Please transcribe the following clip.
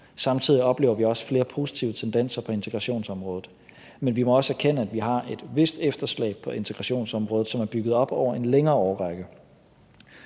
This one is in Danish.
Samtidig oplever vi også flere positive tendenser på integrationsområdet, men vi må også erkende, at vi har et vist efterslæb på integrationsområdet, som er bygget op over en længere årrække.